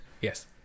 Yes